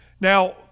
Now